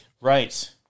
Right